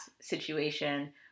situation